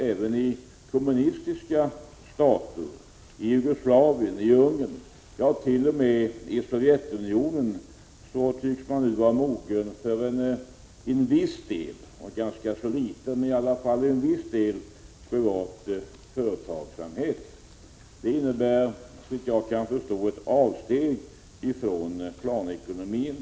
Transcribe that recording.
Även i kommunistiska stater — i Jugoslavien, Ungern, ja t.o.m. i Sovjetunionen — tycks man nu vara mogen för en viss, om än ganska liten, privat företagsamhet. Såvitt jag förstår innebär detta ett avsteg från planekonomin.